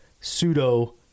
pseudo